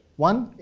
one